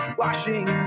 washing